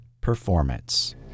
performance